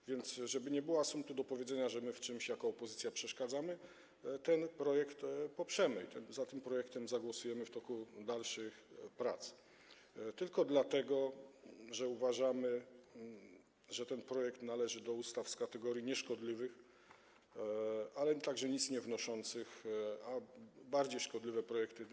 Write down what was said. A więc żeby nie było asumptu do powiedzenia, że my w czymś jako opozycja przeszkadzamy, ten projekt poprzemy i za tym projektem zagłosujemy w toku dalszych prac - tylko dlatego, że uważamy, że ten projekt należy do ustaw z kategorii nieszkodliwych, ale także nic niewnoszących, a w tej Izbie były bardziej szkodliwe projekty.